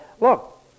look